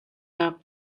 nak